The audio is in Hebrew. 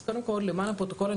אז קודם למען הפרוטוקול,